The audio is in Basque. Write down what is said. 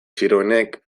txiroenek